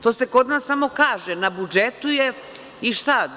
To se kod nas samo kaže „na budžetu je“ i šta?